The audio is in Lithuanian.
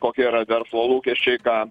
kokie yra verslo lūkesčiai ką